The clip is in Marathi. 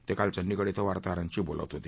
ते काल चंदीगढ इथं वार्ताहरांशी बोलत होते